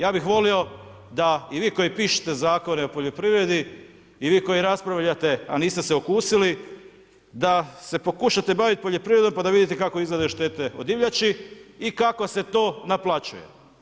Ja bih volio da i vi koji pište Zakone o poljoprivredi, i vi koji raspravljate, a niste se okusili, da se pokušate baviti poljoprivredom, pa da vidite kako izgledaju štete od divljači i kako se to naplaćuje.